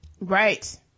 Right